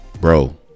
Bro